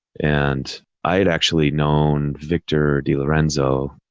and i had actually known victor de lorenzo,